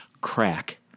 crack